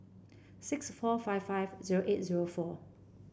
six four five five zero eight zero four